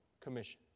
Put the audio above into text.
commission